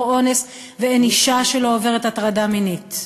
אונס ואין אישה שלא עוברת הטרדה מינית.